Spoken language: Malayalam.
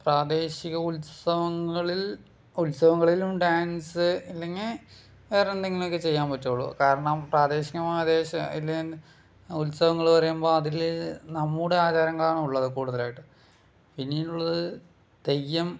പ്രാദേശിക ഉത്സവങ്ങളിൽ ഉത്സവങ്ങളിലും ഡാൻസ് അല്ലെങ്കിൽ വേറെ എന്തെങ്കിലുമൊക്കെ ചെയ്യാൻ പറ്റുകയുള്ളു കാരണം പ്രാദേശിക ഇല്ലെങ്കിൽ ഉത്സവങ്ങൾ പറയുമ്പോൾ അതിൽ നമ്മുടെ ആചാരങ്ങളാണ് ഉള്ളത് കൂടുതലായിട്ട് ഇനിയുള്ളത് തെയ്യം